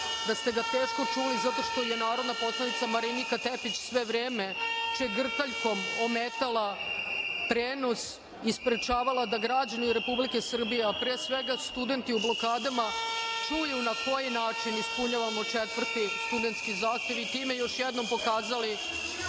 da ste ga teško čuli zato što je narodna poslanica Marinika Tepić sve vreme čegrtaljkom ometala prenos i sprečavala da građani Republike Srbije, a pre svega studenti u blokadama čuju na koji način ispunjavamo četvrti studentski zahtev i time još jednom pokazali